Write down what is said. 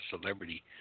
celebrity